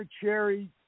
Cherry